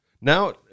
Now